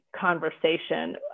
conversation